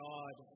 God